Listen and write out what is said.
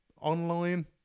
online